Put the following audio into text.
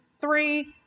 Three